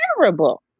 terrible